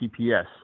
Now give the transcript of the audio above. TPS